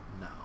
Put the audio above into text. no